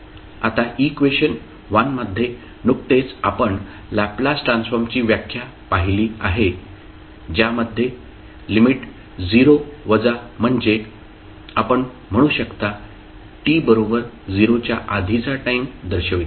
आता इक्वेशन मध्ये नुकतेच आपण लॅपलास ट्रान्सफॉर्मची व्याख्या पाहिली आहे ज्यामध्ये 0 वजा म्हणजे आपण म्हणू शकता t बरोबर 0 च्या आधीचा टाईम दर्शवितो